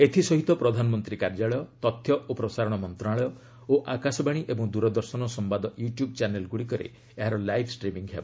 ଏଥିସହିତ ପ୍ରଧାନମନ୍ତ୍ରୀ କାର୍ଯ୍ୟାଳୟ ତଥ୍ୟ ଓ ପ୍ରସାରଣ ମନ୍ତ୍ରଣାଳୟ ଓ ଆକାଶବାଣୀ ଏବଂ ଦୂରଦର୍ଶନ ସମ୍ଘାଦ ୟୁଟ୍ୟୁବ୍ ଚ୍ୟାନେଲ୍ ଗୁଡ଼ିକରେ ଏହାର ଲାଇଭ୍ ଷ୍ଟ୍ରିମିଂ ହେବ